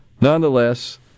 Nonetheless